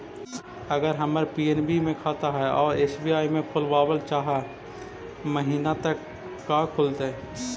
अगर हमर पी.एन.बी मे खाता है और एस.बी.आई में खोलाबल चाह महिना त का खुलतै?